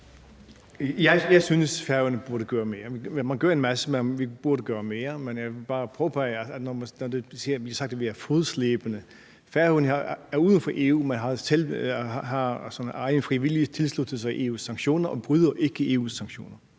Jeg synes, at Færøerne burde gøre mere; man gør en masse, men vi burde gøre mere. Jeg vil bare påpege – når det bliver sagt, at vi er fodslæbende – at Færøerne er uden for EU, men af egen fri vilje har tilsluttet sig EU's sanktioner og ikke bryder EU's sanktioner